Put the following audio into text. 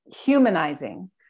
humanizing